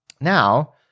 now